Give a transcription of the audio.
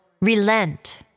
relent